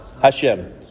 Hashem